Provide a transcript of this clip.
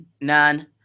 None